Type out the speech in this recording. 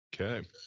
Okay